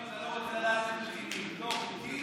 שני דברים אתה לא רוצה לדעת איך מכינים,